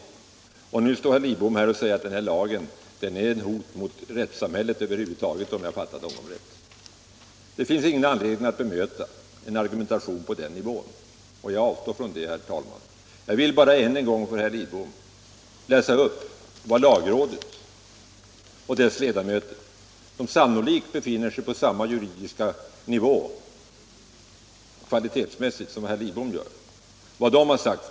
Och nu står herr Lidbom här och säger, om jag fattar honom rätt, att lagen är ett hot mot rättssamhället över huvud taget! Det finns ingen anledning att bemöta en argumentation på den nivån, och jag avstår därför från det, herr talman. Jag vill bara än en gång för herr Lidbom läsa upp vad lagrådet och dess ledamöter, som sannolikt befinner sig på samma juridiska nivå kompetensmässigt som herr Lidbom, har uttalat.